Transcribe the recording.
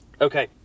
Okay